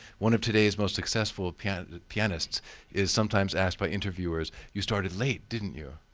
one of todays most successful pianists pianists is sometimes asked by interviewers, you started late, didn't you?